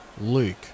Luke